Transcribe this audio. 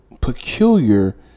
peculiar